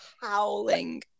howling